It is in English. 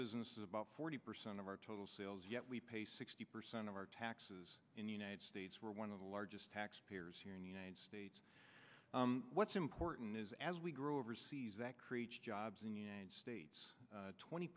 business is about forty percent of our total sales yet we pay sixty percent of our taxes in the united states where one of the largest tax payers here in the united states what's important is as we grow overseas that creates jobs in united states twenty